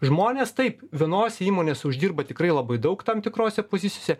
žmonės taip vienose įmonėse uždirba tikrai labai daug tam tikrose pozisiose